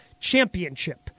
championship